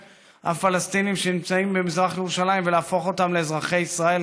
הפלסטינים שנמצאים במזרח ירושלים ולהפוך אותם לאזרחי ישראל,